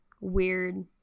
weird